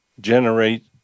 generate